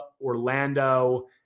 Orlando